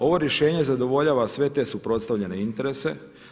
Ovo rješenje zadovoljava sve te suprotstavljene interese.